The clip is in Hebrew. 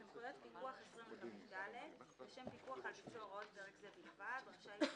(מתן סמכויות פיקוח ואכיפה לעניין עיסוק בקנבוס לצרכים רפואיים ולמחקר),